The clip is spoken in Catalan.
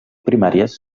primàries